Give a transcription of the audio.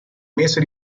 mese